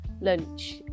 lunch